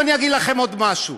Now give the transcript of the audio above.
עכשיו אני אגיד לכם עוד משהו.